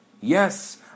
Yes